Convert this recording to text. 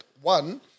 One